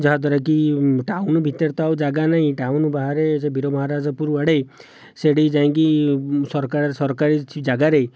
ଯାହାଦ୍ଵାରା କି ଟାଉନ ଭିତରେ ତ ଆଉ ଜାଗା ନାହିଁ ଟାଉନ ବାହାରେ ସେ ବିରମହାରାଜାପୁର ଆଡ଼େ ସେଠି ଯାଇକି ସରକାରି ଜାଗାରେ